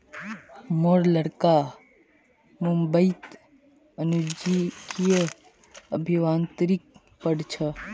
मोर लड़का मुंबईत जनुकीय अभियांत्रिकी पढ़ छ